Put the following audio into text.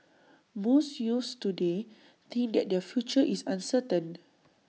most youths today think that their future is uncertain